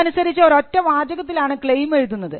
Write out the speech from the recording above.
അതനുസരിച്ച് ഒരൊറ്റ വാചകത്തിൽ ആണ് ക്ലെയിം എഴുതുന്നത്